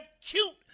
cute